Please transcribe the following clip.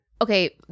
Okay